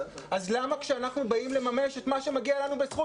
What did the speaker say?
אז למה כשאנחנו באים לממש את מה שמגיע לנו בזכות